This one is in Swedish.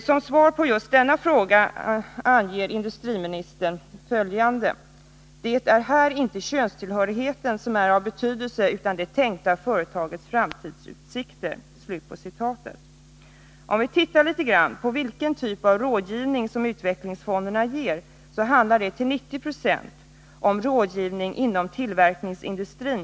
Som svar på denna fråga anger industriministern följande: ”Det är här inte könstillhörigheten som är av betydelse utan det tänkta företagets framtidsutsikter.” Om vi tittar litet grand på vilken typ av rådgivning som utvecklingsfonderna ger, finner vi att det till 90 26 handlar om rådgivning inom tillverkningsindustrin.